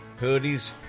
hoodies